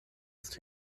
ist